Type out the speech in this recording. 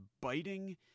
biting